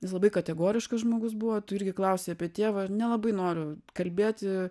jis labai kategoriškas žmogus buvo tu irgi klausei apie tėvą nelabai noriu kalbėti